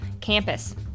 campus